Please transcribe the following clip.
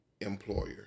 employer